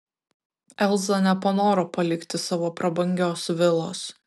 elza nepanoro palikti savo prabangios vilos